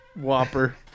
Whopper